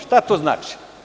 Šta to znači?